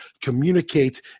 communicate